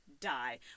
die